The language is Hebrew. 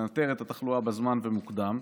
לנטר את התחלואה בזמן במוקדם,